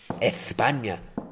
España